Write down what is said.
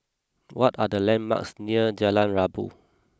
what are the landmarks near Jalan Rabu